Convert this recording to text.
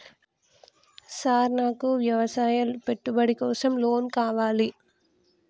Sir నాకు వ్యవసాయ పెట్టుబడి కోసం లోన్ కావాలి?